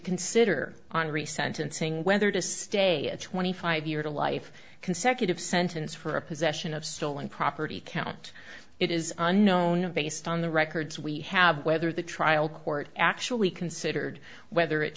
consider henri sentencing whether to stay a twenty five year to life consecutive sentence for possession of stolen property count it is unknown based on the records we have whether the trial court actually considered whether it